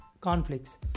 conflicts